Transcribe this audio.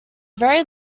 very